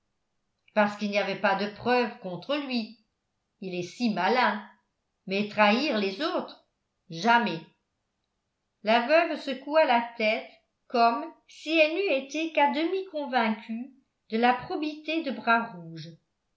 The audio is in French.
parce qu'il n'y avait pas de preuves contre lui il est si malin mais trahir les autres jamais la veuve secoua la tête comme si elle n'eût été qu'à demi convaincue de la probité de